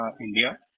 India